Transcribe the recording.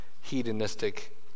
hedonistic